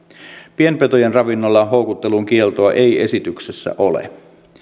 pienpetojen ravinnolla houkuttelun kieltoa ei esityksessä ole